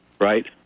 right